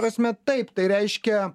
ta prasme taip tai reiškia